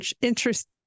interesting